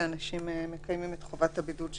שאנשים לא מפירים את חובת הבידוד שלהם.